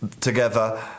together